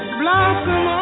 blossom